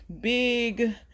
big